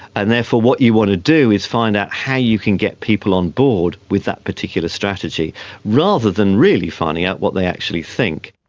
and therefore what you want to do is find out how you can get people on board with that particular strategy rather than really finding out what they actually think.